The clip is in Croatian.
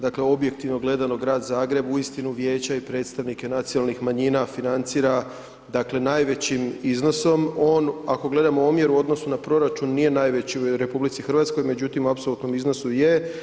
Dakle, objektivno gledano Grad Zagreb uistinu vijeća i predstavnike nacionalnih manjina financira, dakle, najvećim iznosom, on, ako gledamo u omjeru u odnosu na proračun, nije najveći u RH, međutim, u apsolutnom iznosu je.